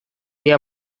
dia